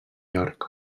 york